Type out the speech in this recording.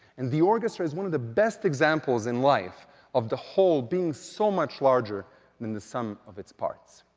and the orchestra is one of the best examples in life of the whole being so much larger than the sum of its parts.